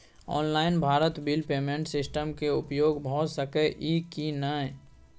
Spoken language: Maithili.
Online Bharat bill payment system के उपयोग भ सके इ की नय?